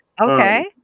Okay